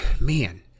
man